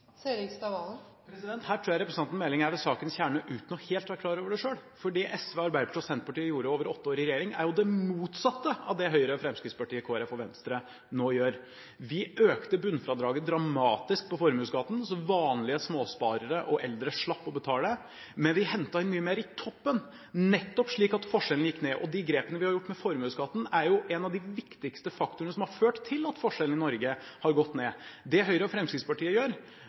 Her tror jeg representanten Meling er ved sakens kjerne uten helt å være klar over det selv. For det SV, Arbeiderpartiet og Senterpartiet gjorde over åtte år i regjering, er jo det motsatte av det Høyre, Fremskrittspartiet, Kristelig Folkeparti og Venstre nå gjør. Vi økte bunnfradraget dramatisk på formuesskatten, så vanlige småsparere og eldre slapp å betale, men vi hentet inn mye mer i toppen, nettopp slik at forskjellene gikk ned. De grepene vi har gjort med formuesskatten, er en av de viktigste faktorene som har ført til at forskjellene i Norge har gått ned. Det Høyre og Fremskrittspartiet gjør,